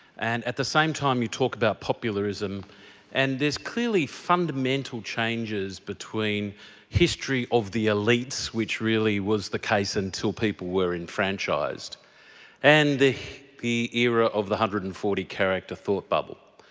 and at the same time you talk about populism and these clearly fundamental changes between history of the elites, which really was the case until people were enfranchised and the the era of the one hundred and forty character thought bubble.